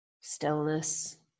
stillness